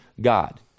God